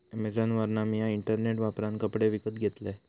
अॅमेझॉनवरना मिया इंटरनेट वापरान कपडे विकत घेतलंय